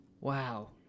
Wow